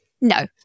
No